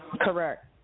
Correct